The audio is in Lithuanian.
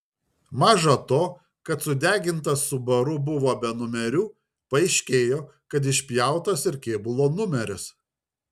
maža to kad sudegintas subaru buvo be numerių paaiškėjo kad išpjautas ir kėbulo numeris